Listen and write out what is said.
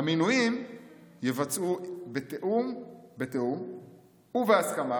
"המינויים יבוצעו בתיאום ובהסכמה"